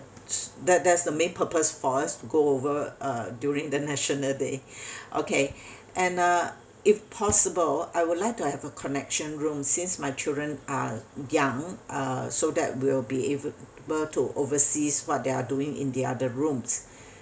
that that's the main purpose for us to go over uh during the national day okay and uh if possible I would like to have a connection room since my children are young uh so that we'll be able to oversees what they are doing in the other rooms